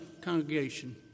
congregation